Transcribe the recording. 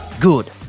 Good